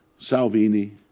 Salvini